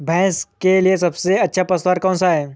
भैंस के लिए सबसे अच्छा पशु आहार कौन सा है?